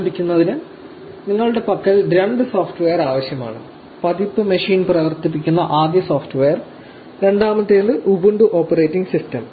ആരംഭിക്കുന്നതിന് നിങ്ങളുടെ പക്കൽ രണ്ട് സോഫ്റ്റ്വെയർ ആവശ്യമാണ് പതിപ്പ് മെഷീൻ പ്രവർത്തിപ്പിക്കുന്ന ആദ്യ സോഫ്റ്റ്വെയർ രണ്ടാമത്തേത് ഉബുണ്ടു ഓപ്പറേറ്റിംഗ് സിസ്റ്റം